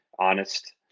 honest